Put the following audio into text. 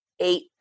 eight